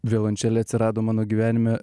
violončelė atsirado mano gyvenime